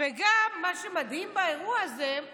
וגם מה שמדהים באירוע הזה הוא